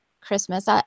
Christmas